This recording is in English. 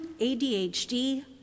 ADHD